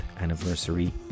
anniversary